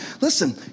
Listen